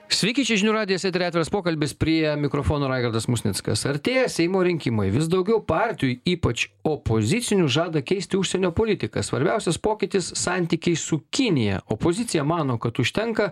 sveiki čia žinių radijas etery atviras pokalbis prie mikrofono raigardas musnickas artėja seimo rinkimai vis daugiau partijų ypač opozicinių žada keisti užsienio politiką svarbiausias pokytis santykiai su kinija opozicija mano kad užtenka